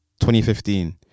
2015